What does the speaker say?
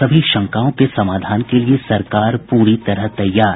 सभी शंकाओं के समाधान के लिए सरकार पूरी तरह तैयार